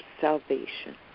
salvation